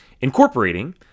incorporating